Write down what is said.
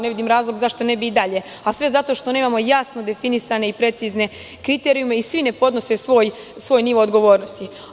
Ne vidim razlog zašto ne bi i dalje, a sve zato što nemamo jasno definisane i precizne kriterijume i svi ne podnose svoj nivo odgovornosti.